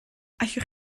allwch